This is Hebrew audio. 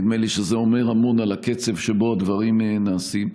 נדמה לי שזה אומר המון על הקצב שבו הדברים נעשים.